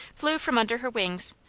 flew from under her wings,